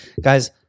guys